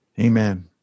amen